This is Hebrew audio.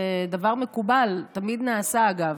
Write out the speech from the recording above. זה דבר מקובל שתמיד נעשה, אגב.